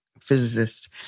physicist